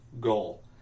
goal